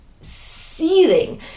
seething